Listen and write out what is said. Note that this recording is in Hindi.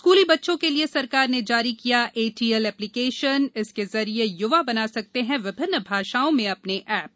स्कूली बच्चों के लिये सरकार ने जारी किया ए टी एल एप्लिकेशन इसके जरिए युवा बना सकते हैं विभिन्न भाषाओं में अपने एप